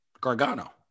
Gargano